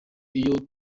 iyo